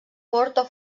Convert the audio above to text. porta